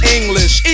English